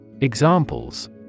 Examples